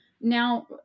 now